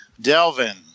Delvin